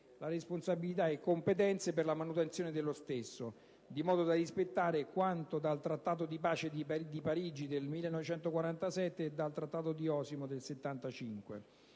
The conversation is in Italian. responsabilità e competenze per la manutenzione dello stesso, di modo da rispettare quanto dal Trattato di pace di Parigi del 1947 e dal Trattato di Osimo del 1975.